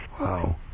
Wow